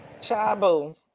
Chabu